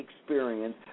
experience